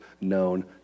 known